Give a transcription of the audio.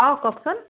অ কওকচোন